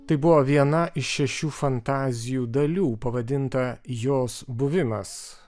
tai buvo viena iš šešių fantazijų dalių pavadinta jos buvimas